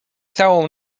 całą